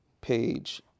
page